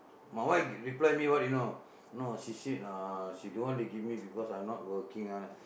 my wife reply me what you know no she said uh she don't wanna give me because I not working uh